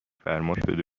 فرماشده